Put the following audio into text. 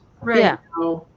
right